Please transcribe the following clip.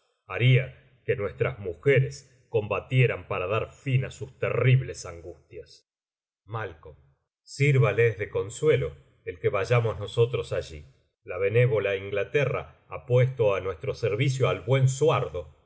haría que nuestras mujeres combatieran para dar fin á sus terribles angustias malc sírvales de consuelo el que vayamos nosotros allí la benévola inglaterra ha puesto á nuestro servicio al buen suardo